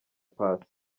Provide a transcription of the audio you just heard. passy